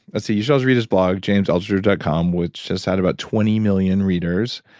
so you should also read his blog, james altucher dot com, which has had about twenty million readers.